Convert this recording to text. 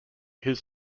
his